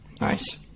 Nice